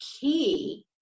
key